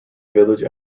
village